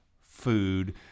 food